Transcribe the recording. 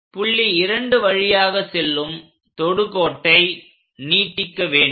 புள்ளி 2 வழியாக செல்லும் தொடுகோட்டை நீட்டிக்க வேண்டும்